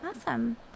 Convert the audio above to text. Awesome